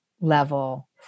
level